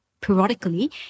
periodically